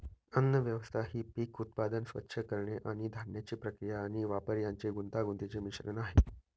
अन्नव्यवस्था ही पीक उत्पादन, स्वच्छ करणे आणि धान्याची प्रक्रिया आणि वापर यांचे गुंतागुंतीचे मिश्रण आहे